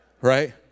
right